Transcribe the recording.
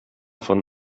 von